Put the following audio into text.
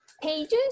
pages